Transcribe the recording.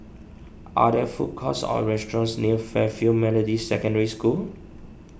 are there food courts or restaurants near Fairfield Methodist Secondary School